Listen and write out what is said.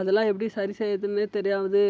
அதெல்லாம் எப்படி சரிசெய்கிறதுனே தெரியாது